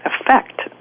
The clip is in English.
effect